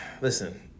Listen